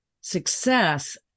success